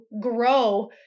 grow